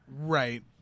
Right